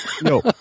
No